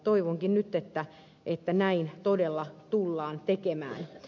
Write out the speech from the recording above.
toivonkin nyt että näin todella tullaan tekemään